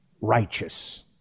Righteous